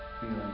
feeling